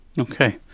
okay